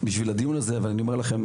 אני אומר לכם,